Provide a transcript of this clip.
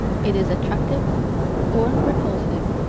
it is attractive or repulsive.